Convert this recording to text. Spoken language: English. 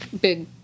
big